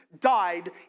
died